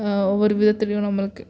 ஒவ்வொரு விதத்ததிலையும் நம்மளுக்கு